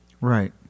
Right